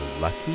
lucky